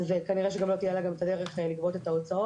אז כנראה שגם לא תהיה לה דרך לגבות את ההוצאות.